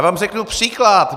Já vám řeknu příklad.